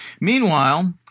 Meanwhile